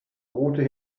route